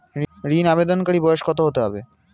ঋন আবেদনকারী বয়স কত হতে হবে?